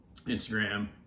Instagram